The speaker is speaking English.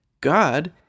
God